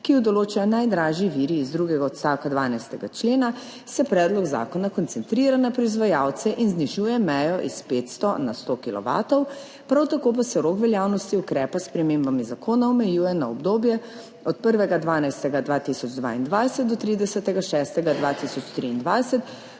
ki jo določajo najdražji viri iz drugega odstavka 12. člena, se predlog zakona koncentrira na proizvajalce in znižuje mejo iz 500 na 100 kilovatov, prav tako pa se rok veljavnosti ukrepa s spremembami zakona omejuje na obdobje od 1. 12. 2022 do 30. 6. 2023,